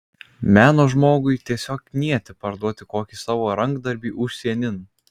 meno žmogui tiesiog knieti parduoti kokį savo rankdarbį užsienin